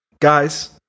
Guys